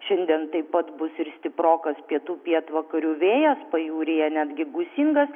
šiandien taip pat bus ir stiprokas pietų pietvakarių vėjas pajūryje netgi gūsingas